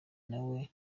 nawe